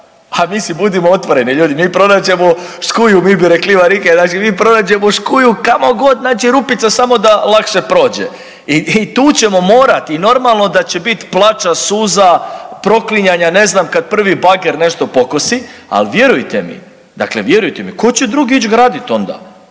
pa mislim budimo otvoreni ljudi, mi pronađemo škuju, mi bi rekli varige, znači mi pronađemo škuju kamo god, znači rupica samo da lakše prođe i tu ćemo morati i normalno da će biti plača, suza, proklinjanja ne znam kad prvi bager nešto pokosi, ali vjerujte mi, dakle vjerujte mi tko će drugi ići gradit onda.